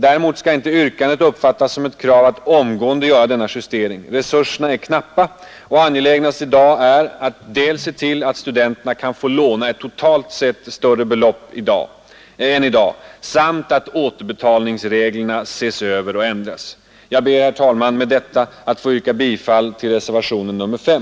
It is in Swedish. Yrkandet skall emellertid inte uppfattas som ett krav att omgående göra denna justering. Resurserna är knappa, och angelägnast är att se till att studenterna kan få låna ett totalt sett större belopp än i dag samt att återbetalningsreglerna ses över och ändras. Jag ber, herr talman, med detta att få yrka bifall till reservationen 5.